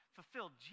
fulfilled